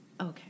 okay